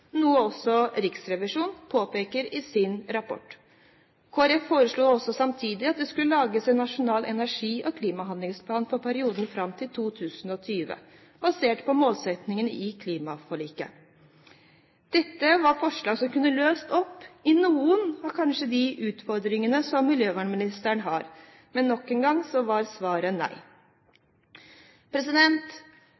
noe også Riksrevisjonen påpeker i sin rapport. Kristelig Folkeparti foreslo også samtidig at det skulle lages en nasjonal energi- og klimahandlingsplan for perioden fram til 2020 basert på målsettingene i klimaforliket. Dette var forslag som kunne løst opp i kanskje noen av de utfordringene som miljøvernministeren har. Men nok en gang var svaret nei.